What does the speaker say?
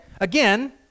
again